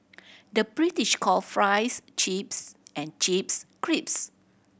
the British call fries chips and chips